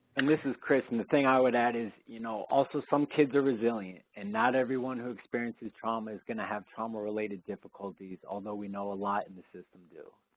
and this is chris and the thing i would add is you know also some kids are resilient and not everyone who experiences trauma is gonna have trauma-related difficulties, although we know a lot in and the system do.